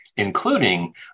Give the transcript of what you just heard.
including